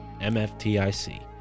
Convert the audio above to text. mftic